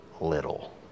little